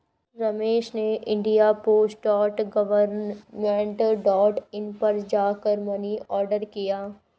रमेश ने India post dot government dot in पर जा कर मनी ऑर्डर किया